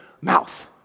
mouth